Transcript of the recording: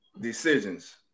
decisions